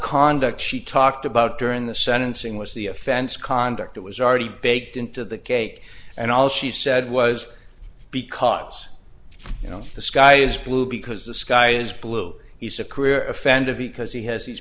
conduct she talked about during the sentencing was the offense conduct it was already baked into the cake and all she said was because you know the sky is blue because the sky is blue he's a career offended because he has